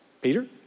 Peter